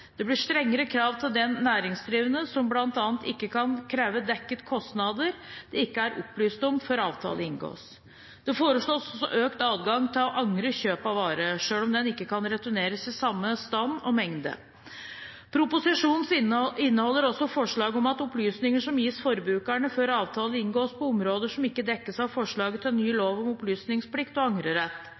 Det blir strengere krav til den næringsdrivende, som bl.a. ikke kan kreve dekket kostnader det ikke er opplyst om før avtale inngås. Det foreslås også økt adgang til å angre kjøp av vare, selv om den ikke kan returneres i samme stand og mengde. Proposisjonen inneholder også forslag om at opplysninger skal gis forbrukerne før avtale inngås på områder som ikke dekkes av forslaget til ny lov om opplysningsplikt og angrerett.